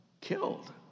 killed